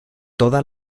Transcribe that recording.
toda